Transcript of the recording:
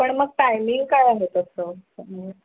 पण मग टायमिंग काय आहे तसं म्हणजे